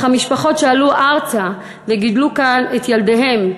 אך המשפחות שעלו ארצה וגידלו כאן את ילדיהן,